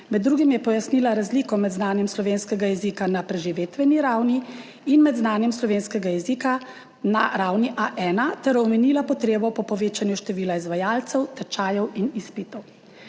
Med drugim je pojasnila razliko med znanjem slovenskega jezika na preživetveni ravni in med znanjem slovenskega jezika na ravni A1 ter omenila potrebo po povečanju števila izvajalcev tečajev in izpitov.